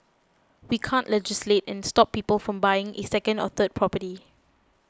we can't legislate and stop people from buying a second or third property